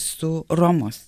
su romos